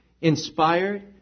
inspired